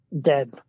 dead